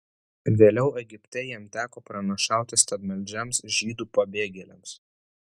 vėliau egipte jam teko pranašauti stabmeldžiams žydų pabėgėliams